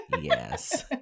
Yes